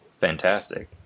fantastic